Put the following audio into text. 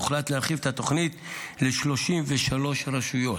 הוחלט להרחיב את התוכנית ל-33 רשויות.